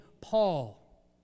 Paul